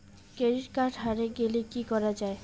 Credit card হারে গেলে কি করা য়ায়?